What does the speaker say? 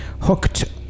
hooked